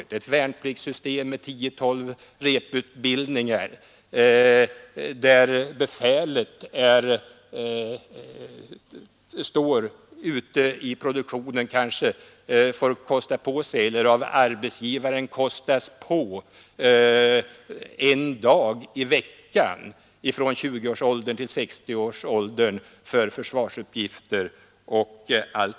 Man har ett värnpliktssystem med tio tolv repetitionsutbildningar, där befälet står ute i produktionen och får kosta på sig eller av arbetsgivaren kostas på en dag i veckan från 20-årsåldern till 60-årsåldern för försvarsuppgifter.